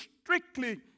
strictly